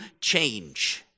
change